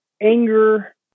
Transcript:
anger